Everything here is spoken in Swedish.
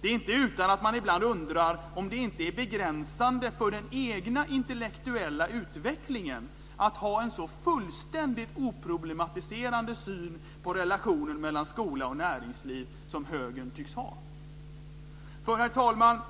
Det är inte utan att man ibland undrar om det inte är begränsande för den egna intellektuella utvecklingen att ha en så fullständigt oproblematiserande syn på relationen mellan skola och näringsliv som högern tycks ha. Herr talman!